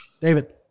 David